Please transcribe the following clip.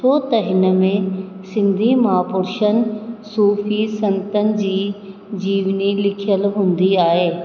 छो त हिन में सिंधी महापुरुषनि सूफ़ी संतनि जी जीवनी लिखियलु हूंदी आहे